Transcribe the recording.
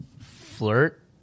flirt